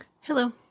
Hello